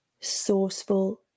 sourceful